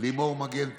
לימור מגן תלם,